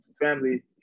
family